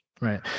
Right